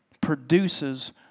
produces